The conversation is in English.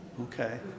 Okay